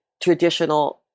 traditional